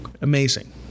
amazing